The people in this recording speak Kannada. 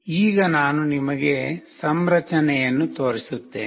ಈಗ ನಾನು ನಿಮಗೆ ಸಂರಚನೆಯನ್ನು ತೋರಿಸುತ್ತೇನೆ